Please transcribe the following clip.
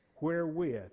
wherewith